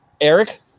Eric